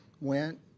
went